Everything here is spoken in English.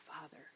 Father